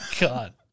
God